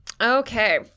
Okay